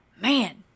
man